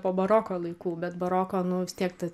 po baroko laikų bet baroko nu vis tiek ta